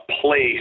place